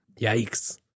Yikes